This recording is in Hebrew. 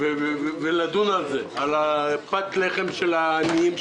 ולדון על פת הלחם של העניים,